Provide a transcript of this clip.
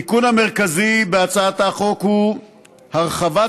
התיקון המרכזי בהצעת החוק הוא הרחבת